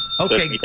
Okay